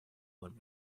with